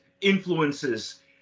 influences